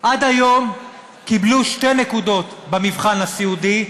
עד היום קיבלו שתי נקודות במבחן הסיעודי,